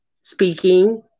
speaking